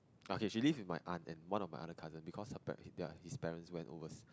okay she live with my aunt and one of my other cousin because her par~ ya his parents went overseas